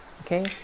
Okay